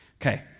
Okay